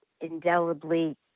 indelibly